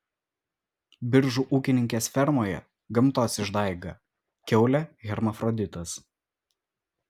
biržų ūkininkės fermoje gamtos išdaiga kiaulė hermafroditas